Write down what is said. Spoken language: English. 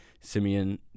Simeon